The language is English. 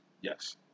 Yes